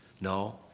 no